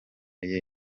iye